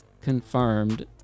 confirmed